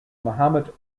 mohammad